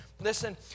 Listen